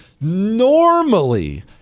normally